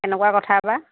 কেনেকুৱা কথা বা